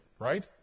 right